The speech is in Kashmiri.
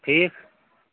ٹھیٖک